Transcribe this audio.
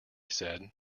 said